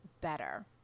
better